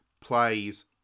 plays